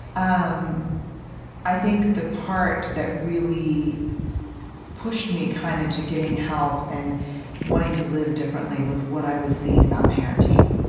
um i think the part that really pushed me kind of to getting help and wanting to live differently was what i was seeing about parenting,